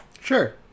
Sure